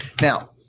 Now